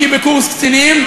כי בקורס קצינים,